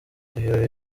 ibirori